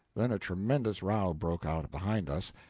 then a tremendous row broke out behind us,